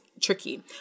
tricky